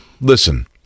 Listen